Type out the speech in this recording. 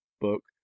book